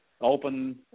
open